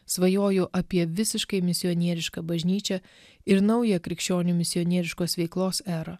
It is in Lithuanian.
svajoju apie visiškai misionierišką bažnyčią ir naują krikščionių misionieriškos veiklos erą